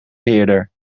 beheerder